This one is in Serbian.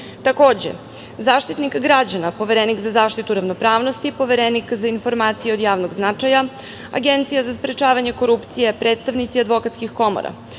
takođe, Zaštitnik građana, Poverenik za zaštitu ravnopravnosti, Poverenik za informacije od javnog značaja, Agencija za sprečavanje korupcije, predstavnici advokatskih komora,